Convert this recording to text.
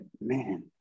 man